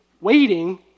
waiting